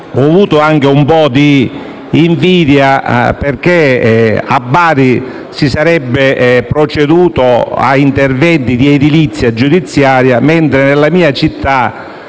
ho provato anche un po' di invidia, perché a Bari si sarebbe proceduto a interventi di edilizia giudiziaria, mentre il palazzo